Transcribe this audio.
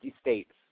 states